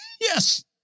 Yes